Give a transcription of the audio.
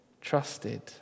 trusted